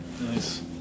Nice